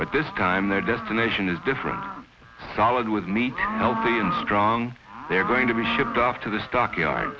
but this time their destination is different solid with meat now the in strong they're going to be shipped off to the stockyard